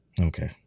Okay